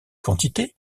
quantités